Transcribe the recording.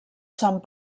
sant